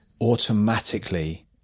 automatically